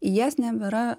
į jas nebėra